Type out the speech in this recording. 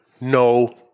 No